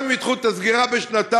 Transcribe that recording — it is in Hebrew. גם אם ידחו את הסגירה בשנתיים,